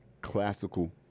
Classical